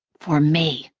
for me.